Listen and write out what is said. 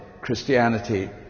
Christianity